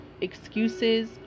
excuses